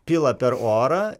pila per orą